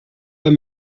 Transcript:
pas